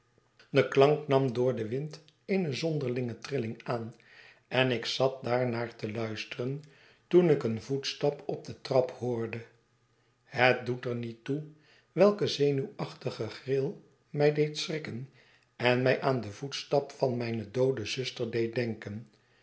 de klank nam door den wind eene zonderlinge trilling aan en ik zat daarnaar te luisteren toen ik een voetstap op de trap hoorde het doet er niet toe welke zenuwachtige gril mij deed schrikken en mij aan den voetstap van mijne doode zuster deed denken